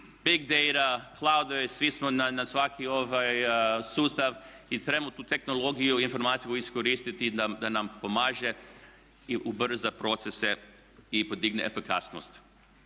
ne razumije./… svi smo na svaki sustav i trebamo tu tehnologiju i informatiku iskoristiti da nam pomaže i ubrza procese i podigne efikasnost.